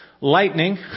lightning